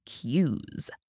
cues